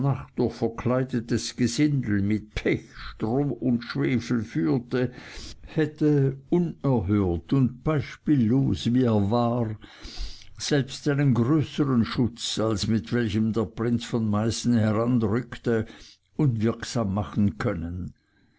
durch verkleidetes gesindel mit pech stroh und schwefel führte hätte unerhört und beispiellos wie er war selbst einen größeren schutz als mit welchem der prinz von meißen heranrückte unwirksam machen können